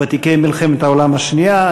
ותיקי מלחמת העולם השנייה,